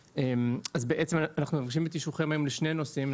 אנחנו מבקשים את אישורכם היום לשני נושאים.